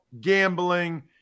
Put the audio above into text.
gambling